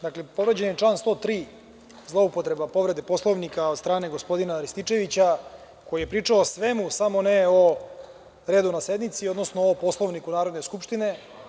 Dakle, povređen je član 103. – zloupotreba povrede Poslovnika od strane gospodina Rističevića, koji je pričao o svemu samo ne o redovnoj sednici, odnosno o Poslovniku Narodne skupštine.